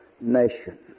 nation